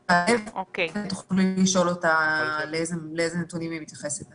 אבל אתם יכולים לשאול אותה לאיזה נתונים היא מתייחסת.